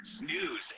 news